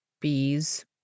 bees